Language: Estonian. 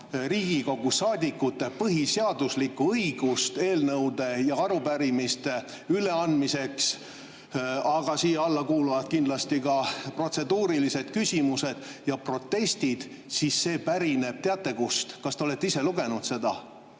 Riigikogu saadikute põhiseaduslikku õigust eelnõusid ja arupärimisi üle anda, aga siia alla kuuluvad kindlasti ka protseduurilised küsimused ja protestid – see pärineb, teate, kust? Kas te olete ise lugenud seda?